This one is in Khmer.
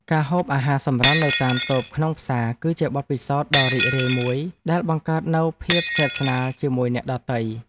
ការហូបអាហារសម្រន់នៅតាមតូបក្នុងផ្សារគឺជាបទពិសោធន៍ដ៏រីករាយមួយដែលបង្កើតនូវភាពស្និទ្ធស្នាលជាមួយអ្នកដទៃ។